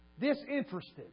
Disinterested